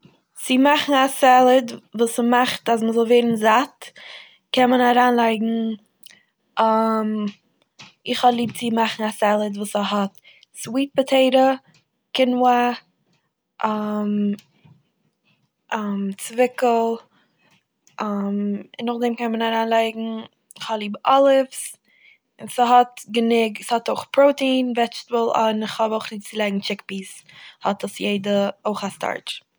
צו מאכן א סעלעד וואס ס'מאכט אז מ'זאל ווערן זאט קען מען אריינלייגן איך האב ליב צו מאכן א סעלעד וואס ס'האט סוויט פאטעיטע, צוויקל, און נאכדעם קען מען אריינלייגן כ'האב ליב אליווס און ס'האט גענוג- ס'האט אויך פראוטין, וועטשטעבל, כ'האב אויך ליב צו לייגן טשיק פיעס, האט עס יעדע- אויך א סטארטש.